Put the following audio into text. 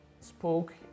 spoke